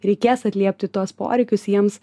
reikės atliepti tuos poreikius jiems